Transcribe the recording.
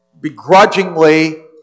begrudgingly